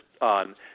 on